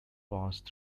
passed